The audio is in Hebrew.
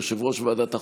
יושב-ראש ועדת החוקה,